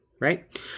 right